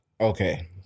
Okay